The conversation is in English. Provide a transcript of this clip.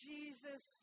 Jesus